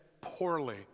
poorly